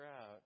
out